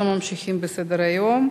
אנחנו ממשיכים בסדר-היום: